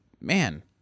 man